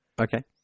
Okay